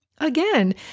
Again